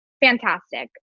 Fantastic